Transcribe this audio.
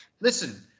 Listen